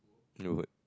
neighbourhood